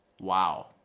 Wow